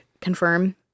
confirm